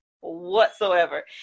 whatsoever